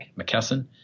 McKesson